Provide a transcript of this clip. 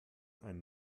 einen